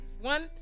One